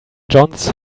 johns